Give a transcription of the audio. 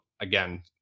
again